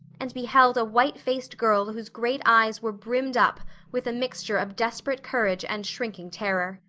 and beheld a white-faced girl whose great eyes were brimmed up with a mixture of desperate courage and shrinking terror.